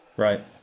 Right